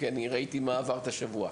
כי ראיתי מה עברת השבוע.